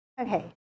okay